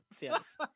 yes